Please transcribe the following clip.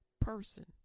person